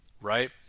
right